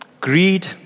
greed